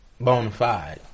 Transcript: bonafide